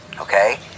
okay